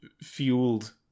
fueled